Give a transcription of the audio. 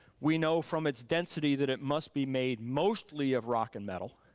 we know from its density that it must be made mostly of rock and metal.